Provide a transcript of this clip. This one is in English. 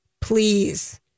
please